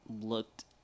looked